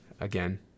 again